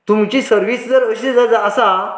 तुमची सर्वीस जर अशींच आसा